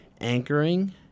anchoring